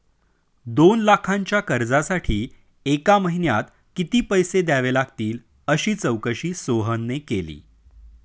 दोन लाखांच्या कर्जासाठी एका महिन्यात किती पैसे द्यावे लागतील अशी चौकशी सोहनने केली